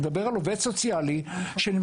אני מדבר על עובד סוציאלי שנמצא.